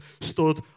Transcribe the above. stood